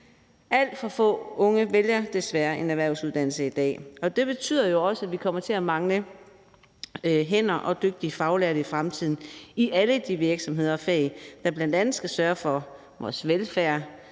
Alt for få unge vælger desværre en erhvervsuddannelse i dag, og det betyder jo også, at vi kommer til at mangle hænder og dygtige faglærte i fremtiden i alle de virksomheder og fag, hvor man bl.a. skal sørge for vores velfærd